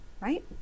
right